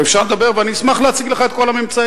ואפשר לדבר, ואני אשמח להציג לך את כל הממצאים.